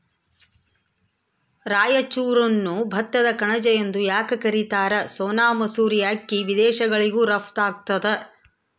ರಾಯಚೂರನ್ನು ಭತ್ತದ ಕಣಜ ಎಂದು ಯಾಕ ಕರಿತಾರ? ಸೋನಾ ಮಸೂರಿ ಅಕ್ಕಿ ವಿದೇಶಗಳಿಗೂ ರಫ್ತು ಆಗ್ತದ